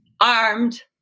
armed